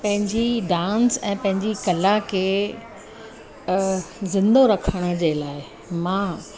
पंहिंजी डांस ऐं पंहिंजी कला खे ज़िंदो रखण जे लाइ मां